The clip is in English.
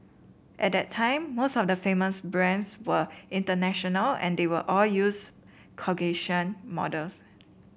at that time most of the famous brands were international and they all use Caucasian models